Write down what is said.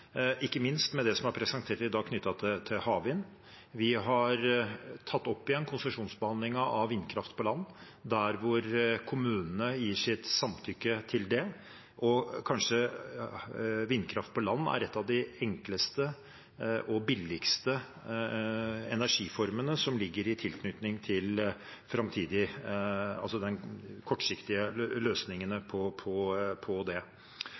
ikke minst det som er presentert i dag knyttet til havvind. Vi har tatt opp igjen konsesjonsbehandlingen av vindkraft på land der hvor kommunene gir sitt samtykke til det. Kanskje er vindkraft på land en av de enkleste og billigste energiformene i tilknytning til de kortsiktige løsningene på det.